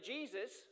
Jesus